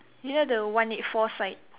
near the one eight four side